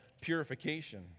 purification